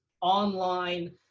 online